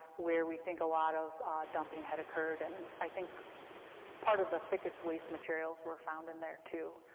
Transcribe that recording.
where we think a lot of dumping had occurred, and i think part of the thickest waste materials were found in there, too,